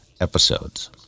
episodes